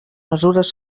mesures